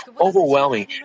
overwhelming